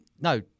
No